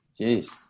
Jeez